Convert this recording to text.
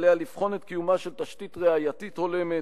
עליה לבחון את קיומה של תשתית ראייתית הולמת,